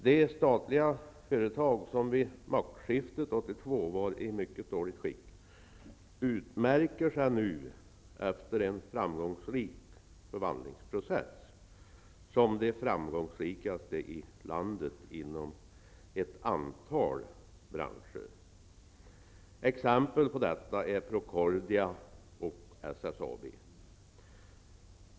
De statliga företag som vid maktskiftet 1982 var i mycket dåligt skick utmärker sig nu, efter en framgångsrik förvandlingsprocess, som de framgångsrikaste i landet inom ett antal branscher. Exempel på detta är Procordia och SSAB.